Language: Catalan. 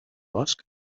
bosc